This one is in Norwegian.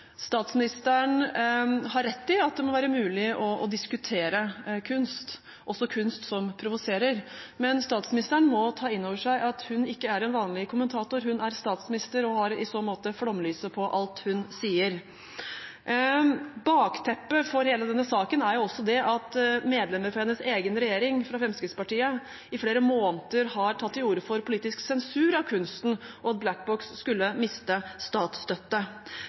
Statsministeren har rett i at det må være mulig å diskutere kunst, også kunst som provoserer, men statsministeren må ta inn over seg at hun ikke er en vanlig kommentator. Hun er statsminister og har i så måte flomlys på alt hun sier. Bakteppet for hele denne saken er også at medlemmer av hennes egen regjering, fra Fremskrittspartiet, i flere måneder har tatt til orde for politisk sensur av kunsten, og at Black Box skulle miste statsstøtte.